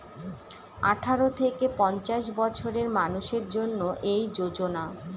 আঠারো থেকে পঞ্চাশ বছরের মানুষের জন্য এই যোজনা